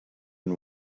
and